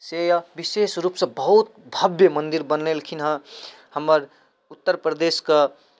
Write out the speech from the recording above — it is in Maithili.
से यऽ विशेष रूपसँ बहुत भव्य मन्दिर बनेलखिन हँ हमर उत्तर प्रदेशके